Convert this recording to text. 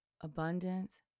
abundance